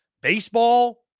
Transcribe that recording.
Baseball